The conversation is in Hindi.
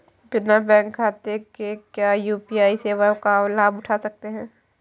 बिना बैंक खाते के क्या यू.पी.आई सेवाओं का लाभ उठा सकते हैं?